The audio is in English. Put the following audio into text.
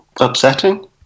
upsetting